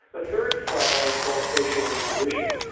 the third style i call social intuition.